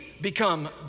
become